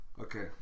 Okay